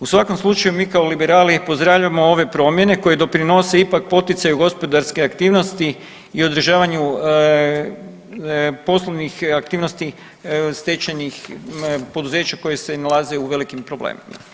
U svakom slučaju mi kao liberali pozdravljamo ove promjene koje doprinose ipak poticaju gospodarske aktivnosti i održavanju poslovnih aktivnosti stečajnih poduzeća koji se nalaze u velikim problemima.